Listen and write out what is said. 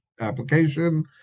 application